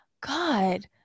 God